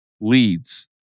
leads